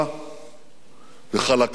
ופתוחה וחלקה